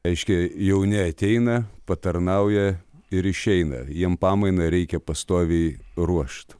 aiškiai jauni ateina patarnauja ir išeina jiem pamainą reikia pastoviai ruošt